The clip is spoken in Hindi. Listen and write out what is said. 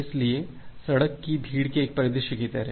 इसलिए सड़क की भीड़ के एक परिदृश्य की तरह